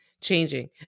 changing